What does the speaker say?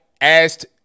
asked